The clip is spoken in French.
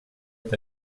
est